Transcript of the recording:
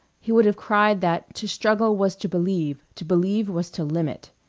he would have cried that to struggle was to believe, to believe was to limit.